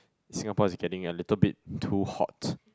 Singapore is getting a little bit too hot